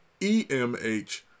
EMH